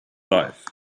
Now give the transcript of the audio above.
life